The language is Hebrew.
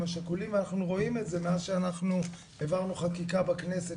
השכולים ואנחנו רואים את זה מאז שהעברנו חקיקה בכנסת